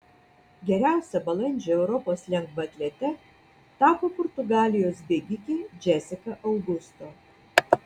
geriausia balandžio europos lengvaatlete tapo portugalijos bėgikė džesika augusto